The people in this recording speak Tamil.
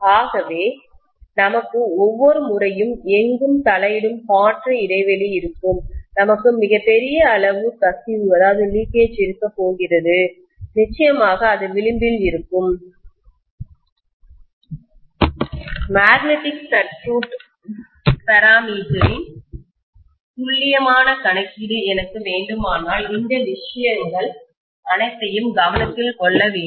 ஆகவே நமக்கு ஒவ்வொரு முறையும் எங்கும் தலையிடும் காற்று இடைவெளி இருக்கும் நமக்கு மிகப்பெரிய அளவு கசிவு லீக்கேஜ் இருக்கப்போகிறது நிச்சயமாக அது விளிம்பில் இருக்கும் மேக்னெட்டிக் சர்க்யூட் பாராமீட்டரின்காந்த சுற்று அளவுருக்களின் துல்லியமான கணக்கீடு எனக்கு வேண்டுமானால் இந்த விஷயங்கள் அனைத்தையும் கவனத்தில் கொள்ள வேண்டும்